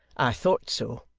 i thought so.